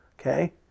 Okay